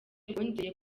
rwongeye